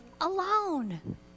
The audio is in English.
alone